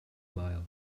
mile